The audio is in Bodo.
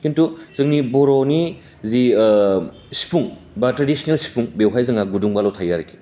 खिन्थु जोंनि बर'नि जि सिफुं बा थोरि सिख्ला सिफुं बेवहाय जोंहा गुदुंबा थायो आरोखि